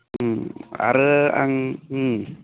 आरो आं